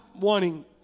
wanting